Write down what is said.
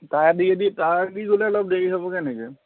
তাৰ দিয়ে দি তাৰ দি হ'লে অলপ দেৰি হ'বগৈ নেকি